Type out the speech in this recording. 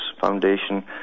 Foundation